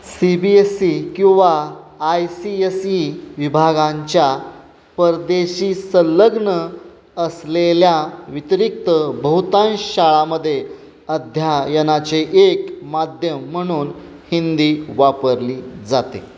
C B S C किंवा I C S E विभागांच्या परदेशी संलग्न असलेल्या व्यतिरिक्त बहुतांश शाळामध्ये अध्ययनाचे एक माध्यम म्हणून हिंदी वापरली जाते